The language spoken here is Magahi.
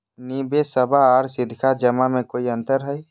निबेसबा आर सीधका जमा मे कोइ अंतर हय?